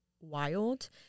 wild